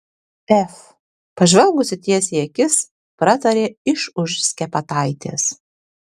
ef pažvelgusi tiesiai į akis pratarė iš už skepetaitės